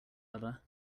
other